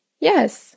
Yes